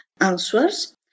answers